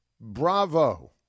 Bravo